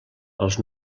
els